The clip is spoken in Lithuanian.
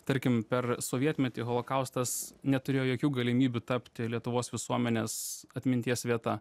tarkim per sovietmetį holokaustas neturėjo jokių galimybių tapti lietuvos visuomenės atminties vieta